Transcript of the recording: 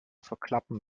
verklappen